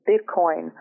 Bitcoin